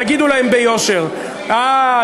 תגידו להם ביושר: אה,